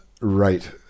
Right